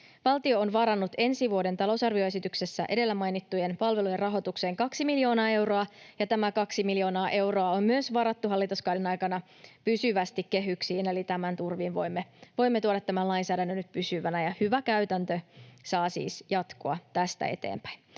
Valtio on varannut ensi vuoden talousarvioesityksessä edellä mainittujen palveluiden rahoitukseen kaksi miljoonaa euroa, ja tämä kaksi miljoonaa euroa on myös varattu hallituskauden aikana pysyvästi kehyksiin. Eli tämän turvin voimme tuoda tämän lainsäädännön nyt pysyvänä, ja hyvä käytäntö saa siis jatkua tästä eteenpäin.